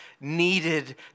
needed